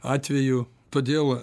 atvejų todėl